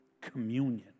communion